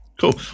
cool